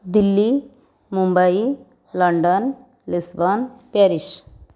Delhi Mumbai London Lisbon Paris